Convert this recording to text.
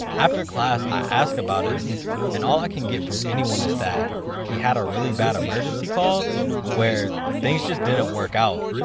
after class i ask about him and all i can get from anyone is that he had a really bad emergency call where things just didn't work out.